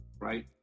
right